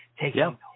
taking